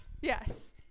Yes